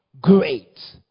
great